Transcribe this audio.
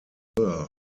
burr